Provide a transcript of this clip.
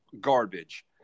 garbage